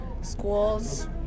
schools